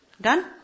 Done